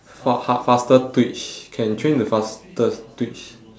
orh !huh! faster twitch can train the faster twitch